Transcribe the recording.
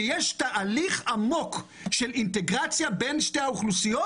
יש תהליך עמוק של אינטגרציה בין שתי האוכלוסיות,